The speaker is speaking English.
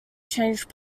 changed